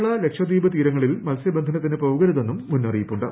കേരള ലക്ഷദ്വീപ് തീരങ്ങളിൽ മത്സൃബന്ധനത്തിന് പോകരുതെന്നും മുന്നറിയിപ്പുണ്ട്